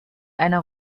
einer